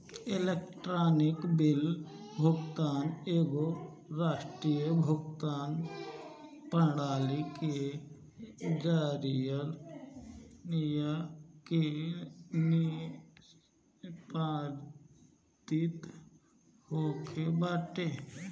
electronic bill भुगतान एगो राष्ट्रीय भुगतान प्रणाली के जरिया से निष्पादित होत बाटे